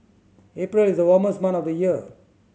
April is the warmest month of the year